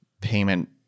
payment